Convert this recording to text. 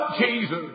Jesus